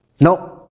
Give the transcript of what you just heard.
No